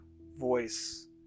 voice